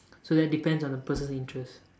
so that depends on the person's interest